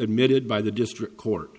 admitted by the district court